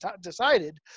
decided